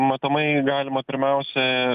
matomai galima pirmiausia